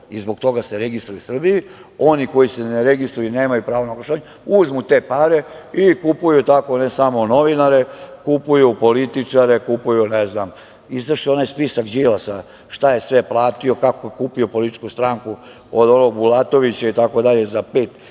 i zbog toga se registruju u Srbiji. Oni koji se ne registruju i nemaju pravo na oglašavanje, uzmu te pare, i kupuju tako, ne samo novinare, kupuju političare, kupuju, ne znam… Izašao je onaj spisak Đilasa šta je sve platio, kako je kupio političku stranku od onog Bulatovića i tako dalje za 5,7